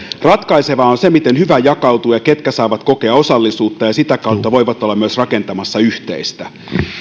ratkaisevaa on se miten hyvä jakautuu ja ketkä saavat kokea osallisuutta ja sitä kautta voivat olla myös rakentamassa yhteistä